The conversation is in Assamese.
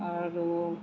আৰু